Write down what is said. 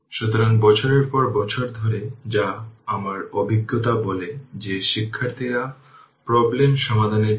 সুতরাং v x t হবে 40 e t 2 t V যা t 0 এর জন্য